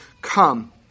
come